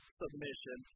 submission